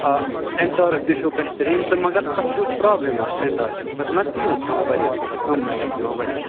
آ اٮ۪نٹارٕک تہِ چھو بہتریٖن تہٕ مگر تَتھ چھُو پرٛابلِم اَکھ اٮ۪نٹارکس سۄ چھِو نہ تیٖل کھٮ۪وان واریاہ سۄ چھُو کَم مَیلیج دِوان واریاہ